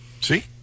See